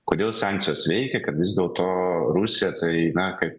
kodėl sankcijos veikia kad vis dėl to rusija tai na kai